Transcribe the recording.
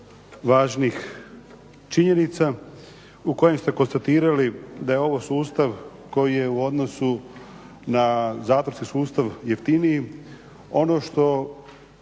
važnih činjenica u kojima ste konstatirali da je ovo sustav koji je u odnosu na zatvorski sustav jeftiniji. Ono što